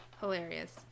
hilarious